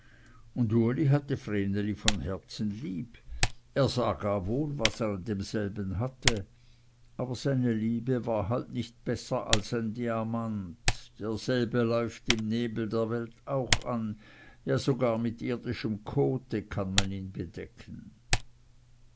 und uli hatte vreneli von herzen lieb er sah gar wohl was er an demselben hatte aber seine liebe war halt nicht besser als ein diamant derselbe läuft im nebel der welt auch an ja sogar mit irdischem kote kann man ihn bedecken